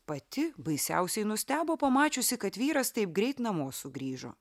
pati baisiausiai nustebo pamačiusi kad vyras taip greit namo sugrįžo